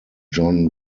john